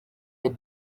had